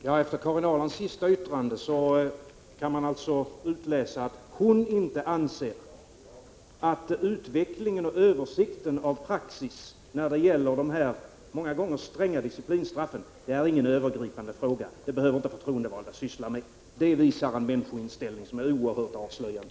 Herr talman! Av Karin Ahrlands sista yttrande kan man utläsa att hon inte anser att utvecklingen och översikten av praxis när det gäller dessa många gånger stränga disciplinstraff inte är någon övergripande fråga som förtroendevalda behöver syssla med. Det är en människoinställning som är oerhört avslöjande.